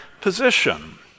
position